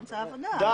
די.